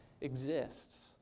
exists